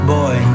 boy